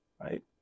right